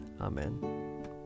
Amen